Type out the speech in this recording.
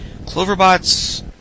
Cloverbots